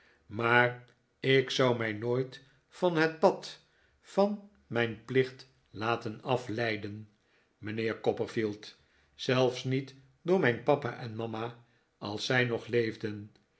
maar ik zou mij nooit van het pad van mijn plicht laten afleiden mijnheer copperfield zelfs niet door mijn papa en mama als zij hog leefden